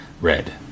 Red